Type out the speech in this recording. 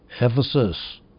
Ephesus